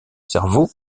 cerveau